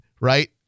right